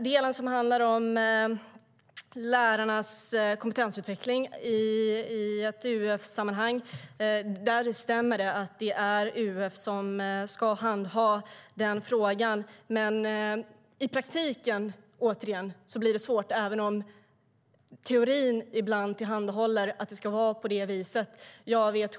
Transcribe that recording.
När det gäller lärarnas kompetensutveckling i UF-sammanhang stämmer det att det är UF som ska handha den. Men i praktiken blir det svårt, även om det i teorin ska vara på det viset.